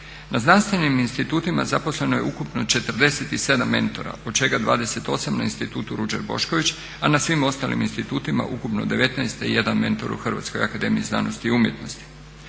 Na znanstvenim institutima zaposleno je ukupno 47 mentora, od čega 28 na Institutu Ruđer Bošković, a na svim ostalim institutima ukupno 19 te 1 mentor u HAZU. Tijekom rujna i listopada